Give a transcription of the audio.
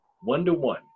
one-to-one